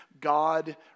God